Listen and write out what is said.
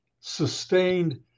sustained